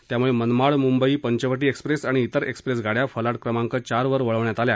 त्यामुळे मनमाड मुंबई पंचवटी एक्सप्रेस आणि तेर एक्सप्रेस गाड्या फलाट क्रमांक चारवर वळवण्यात आल्या